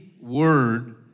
word